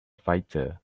fighter